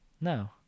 No